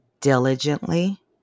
diligently